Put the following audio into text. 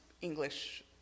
English